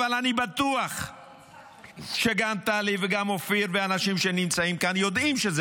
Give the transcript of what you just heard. אבל אני בטוח שגם טלי וגם אופיר והאנשים שנמצאים כאן יודעים שזה